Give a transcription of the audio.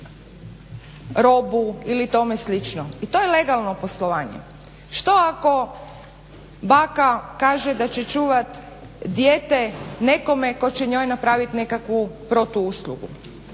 robu ili toče slično i to je legalno poslovanje. Što ako baka kaže da će čuvati dijete nekome tko će njoj napraviti nekakvu protuuslugu.